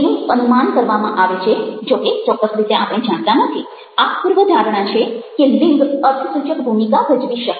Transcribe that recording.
એવું અનુમાન કરવામાં આવે છે જો કે ચોક્કસ રીતે આપણે જાણતા નથી આ પૂર્વધારણા છે કે લિંગ અર્થસૂચક ભૂમિકા ભજવી શકે